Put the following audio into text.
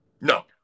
No